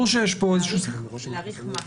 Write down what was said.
להאריך מה?